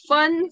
Fun